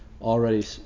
Already